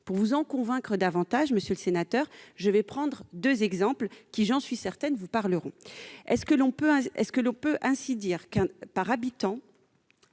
Pour vous en convaincre davantage, monsieur le sénateur, je vais prendre deux exemples, qui, j'en suis certaine, vous parleront. Est-ce que l'on peut dire que, par habitant,